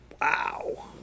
wow